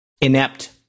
inept